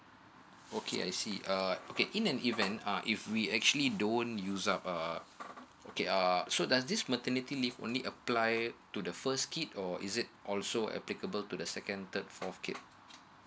okay I see uh okay in an event uh if we actually don't use up uh okay err so does this maternity leave only apply to the first kid or is it also applicable to the second third fourth kid